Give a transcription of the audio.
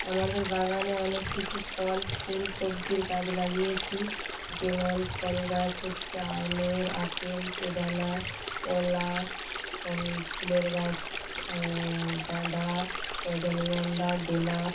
আমাদের বাগানে অনেক কিছু ফল ফুল সবজির গাছ লাগিয়েছি যেমন ফল গাছ হচ্ছে আঙুর আপেল বেদানা কলা ফল ফুলের গাছ গাঁদা রজনীগন্ধা গোলাপ